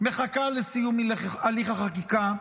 מחכה לסיום הליך החקיקה,